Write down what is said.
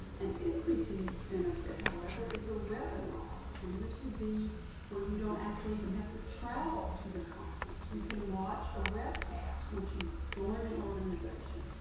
an increasing benefit, however, is a webinar. and this would be where you don't actually even have to travel to the conference. you can watch a webcast once you've joined an organization.